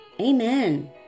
amen